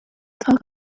talk